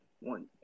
one